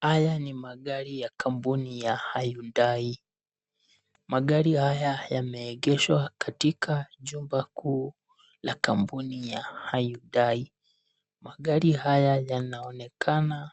Haya ni magari ya kampuni ya Hyundai. Magari haya yameegeshwa katika jumba kuu la kampuni ya hyundai. Magari haya yanaonekana